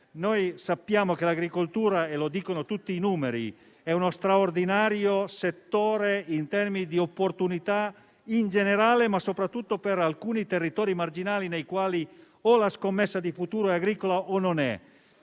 Noi sappiamo che l'agricoltura - lo dicono tutti i numeri - è uno straordinario settore in termini di opportunità in generale, e soprattutto per alcuni territori marginali, nei quali la scommessa sul futuro o è agricola o non lo